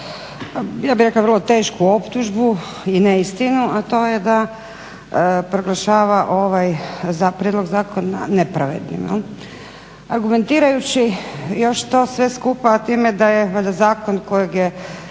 ja bih rekla vrlo tešku optužbu i neistinu a to je da proglašava ovaj prijedlog zakona nepravednim. Argumentirajući još to sve skupa time da je valjda zakon koji je